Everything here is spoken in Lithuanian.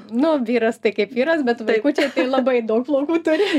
nu vyras tai kaip vyras bet vaikučiai tai labai daug plaukų turi